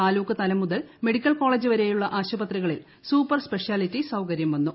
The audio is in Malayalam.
താലൂക്ക്തലം മുതൽ മെഡിക്കൽ കോളേജ് വരെയുള്ള ആശുപത്രികളിൽ സൂപ്പർ സ്പെഷ്യാലിറ്റി സൌകര്യം വന്നു